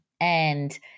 And-